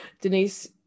Denise